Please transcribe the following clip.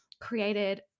created